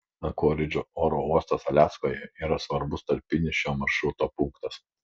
ankoridžo oro uostas aliaskoje yra svarbus tarpinis šio maršruto punktas